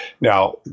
Now